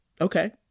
Okay